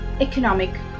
economic